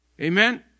Amen